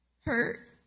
hurt